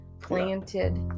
planted